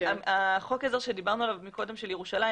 חוק העזר שדיברנו עליו קודם של ירושלים,